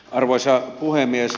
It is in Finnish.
arvoisa puhemies